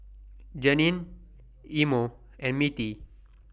Jeannine Imo and Mittie